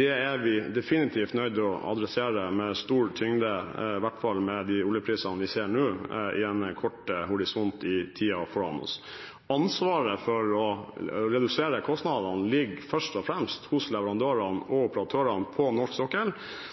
Det er vi definitivt nødt til å adressere med stor tyngde, i hvert fall med de oljeprisene vi ser nå og – i en kort horisont – i tiden foran oss. Ansvaret for å redusere kostnadene ligger først og fremst hos leverandørene og operatørene på norsk sokkel.